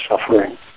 suffering